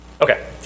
Okay